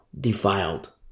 defiled